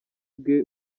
bwe